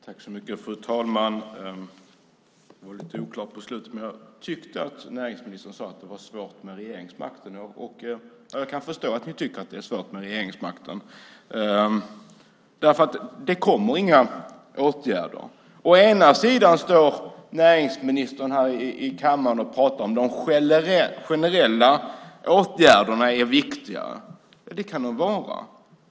Fru talman! Det var lite oklart på slutet, men jag tyckte att näringsministern sade att det var svårt med regeringsmakten. Jag kan förstå att ni tycker att det är svårt med regeringsmakten eftersom det inte vidtas några åtgärder. Å ena sidan står näringsministern i kammaren och pratar om att generella åtgärder är viktiga. Det kan de vara.